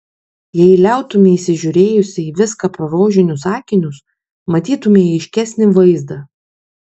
jei liautumeisi žiūrėjusi į viską pro rožinius akinius matytumei aiškesnį vaizdą